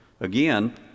Again